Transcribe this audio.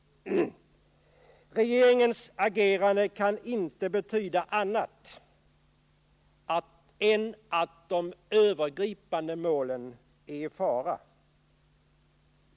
Regeringens agerande kan inte betyda annat än att de övergripande målen är i fara.